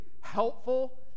helpful